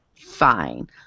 Fine